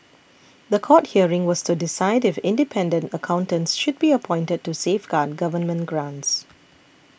the court hearing was to decide if independent accountants should be appointed to safeguard government grants